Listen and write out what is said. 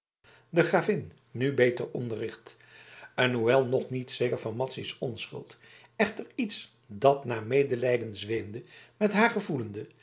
de gravin nu beter onderricht en hoewel nog niet zeker van madzy's onschuld echter iets dat naar medelijden zweemde met haar gevoelende